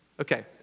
Okay